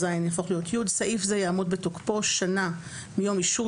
(י)סעיף זה יעמוד בתוקפו שנה מיום אישור